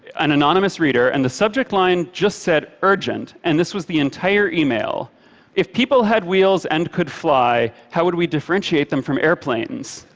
an anonymous reader, and the subject line just said, urgent, and this was the entire email if people had wheels and could fly, how would we differentiate them from airplanes?